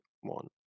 one